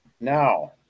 now